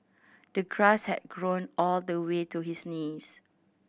the grass had grown all the way to his knees